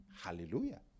Hallelujah